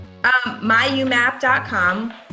Myumap.com